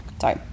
Sorry